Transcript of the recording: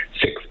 six